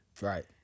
Right